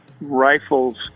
rifles